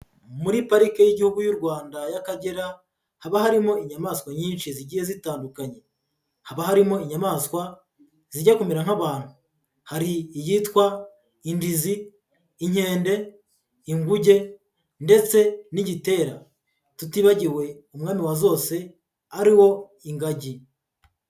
Muri Parike y'Igihugu y'u Rwanda y'Akagera haba harimo inyamaswa nyinshi zigiye zitandukanye, haba harimo inyamaswa zijya kumera nk'abantu, hari iyitwa indizi, inkende, inguge ndetse n'igitera tutibagiwe umwami wazose ariwo ingagi.